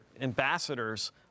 ambassadors